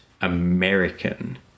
american